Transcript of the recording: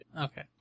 Okay